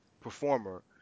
performer